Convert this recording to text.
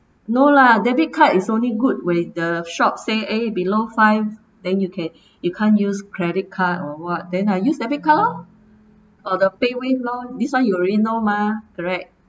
no lah debit card is only good with the shop say eh below five then you can you can't use credit card or what then I use debit card lor or the paywave lor this one you already know mah correct